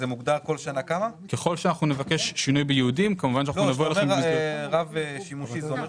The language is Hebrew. ככל שנבקש שינוי בייעודים- -- כל שנה